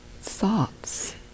thoughts